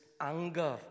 anger